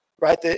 right